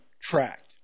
tracked